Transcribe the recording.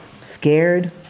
scared